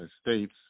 States